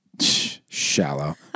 Shallow